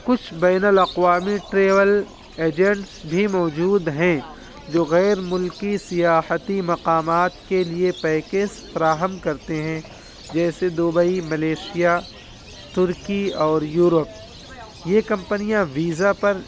کچھ بین الاقوامی ٹریول ایجنٹس بھی موجود ہیں جو غیر ملکی سیاحتی مقامات کے لیے پیکز فراہم کرتے ہیں جیسے دبئی ملیشیا ترکی اور یوروپ یہ کمپنیاں ویزا پر